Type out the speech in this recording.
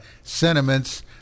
sentiments